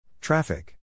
Traffic